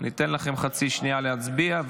אני אתן לכם חצי שנייה להצביע.